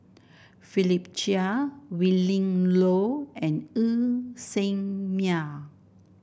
Philip Chia Willin Low and Ng Ser Miang